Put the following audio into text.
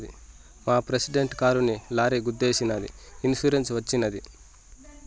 మా ప్రెసిడెంట్ కారుని లారీ గుద్దేశినాదని ఇన్సూరెన్స్ వచ్చినది